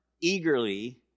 eagerly